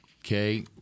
Okay